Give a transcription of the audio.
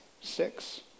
six